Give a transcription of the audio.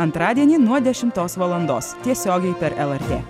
antradienį nuo dešimtos valandos tiesiogiai per lrt